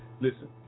listen